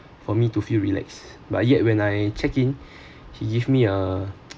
for me to feel relax but yet when I check in he give me a